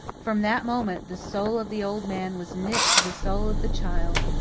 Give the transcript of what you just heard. from that moment the soul of the old man was knit to the soul of the child,